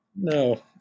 No